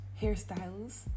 hairstyles